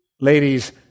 Ladies